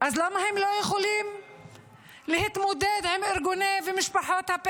אז למה הם לא יכולים להתמודד עם ארגוני ומשפחות